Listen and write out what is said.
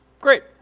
Great